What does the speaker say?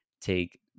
take